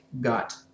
got